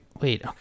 Wait